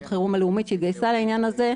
החירום הלאומית שהתגייסה לעניין הזה.